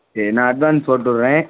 சரி நான் அட்வான்ஸ் போட்டு விட்றேன்